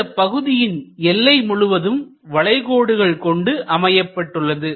இந்தப் பகுதியின் எல்லை முழுவதும் வளைகோடுகள் கொண்டு அமைந்துள்ளது